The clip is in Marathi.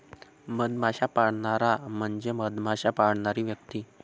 मधमाश्या पाळणारा म्हणजे मधमाश्या पाळणारी व्यक्ती